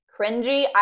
cringy